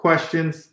Questions